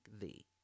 thee